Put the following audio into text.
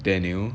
daniel